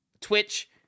Twitch